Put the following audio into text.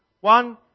One